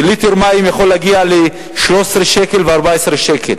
כי ליטר מים יכול להגיע ל-13 שקל ו-14 שקל.